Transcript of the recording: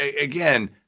again